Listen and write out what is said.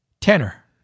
tanner